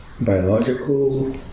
Biological